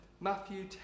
Matthew